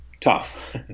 tough